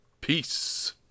peace